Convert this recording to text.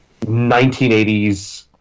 1980s